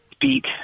beat